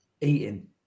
Eating